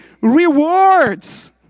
rewards